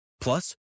Plus